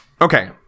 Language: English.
Okay